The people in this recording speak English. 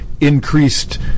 increased